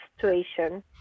situation